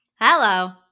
Hello